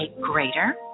greater